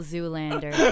Zoolander